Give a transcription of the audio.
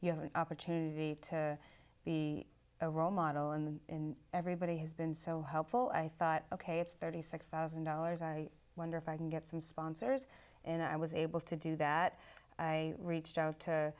you have an opportunity to be a role model and everybody has been so helpful i thought ok it's thirty six thousand dollars i wonder if i can get some sponsors and i was able to do that i reached out